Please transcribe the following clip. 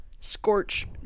Scorch